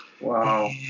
Wow